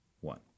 one